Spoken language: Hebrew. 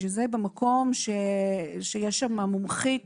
בשביל זה במקום יש שם מומחית